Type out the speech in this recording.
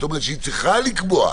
זאת אומרת, שהיא צריכה לקבוע.